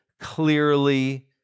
clearly